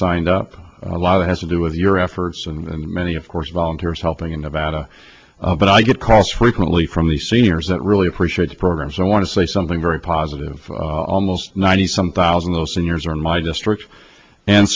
signed up a lot has to do with your efforts and many of course volunteers helping in nevada but i get calls frequently from the seniors that really appreciate the programs i want to say something very positive almost ninety some thousand those seniors are in my district and